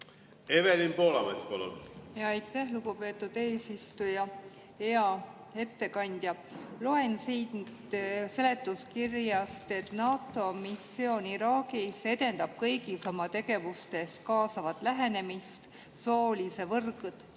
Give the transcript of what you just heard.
Evelin Poolamets, palun! Aitäh, lugupeetud eesistuja! Hea ettekandja! Loen siit seletuskirjast, et NATO missioon Iraagis edendab kõigis oma tegevustes kaasavat lähenemist, soolise